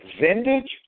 vintage